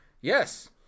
Yes